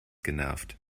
genervt